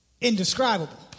Indescribable